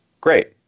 great